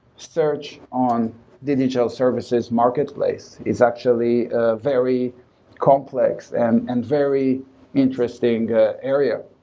search on digital services marketplace is actually a very complex and and very interesting area.